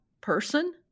person